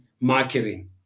marketing